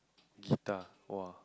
guitar !woah!